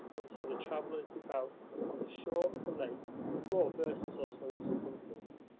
until the travellers debouched upon the shore of a lake four versts or so in circumference,